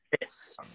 Yes